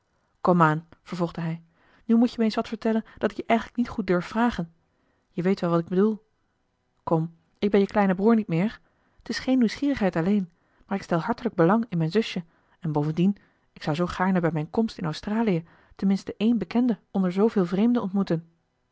aan vervolgde hij nu moet je me eens wat vertellen dat ik je eigenlijk niet goed durf vragen je weet wel wat ik bedoel kom ik ben je kleine broer niet meer t is geen nieuwsgierigheid alleen maar ik stel hartelijk belang in mijn zusje en bovendien ik zou zoo gaarne bij mijne komst in australie ten minste een bekende onder zooveel vreemden ontmoeten